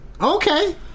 Okay